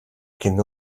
can